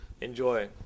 Enjoy